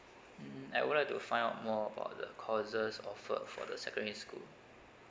mm I would like to find out more about the courses offered for the secondary school